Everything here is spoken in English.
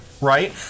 right